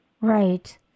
Right